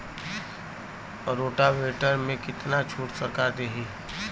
Rotavator में कितना छूट सरकार देही?